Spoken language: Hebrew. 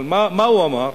אבל מה הוא אמר?